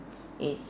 is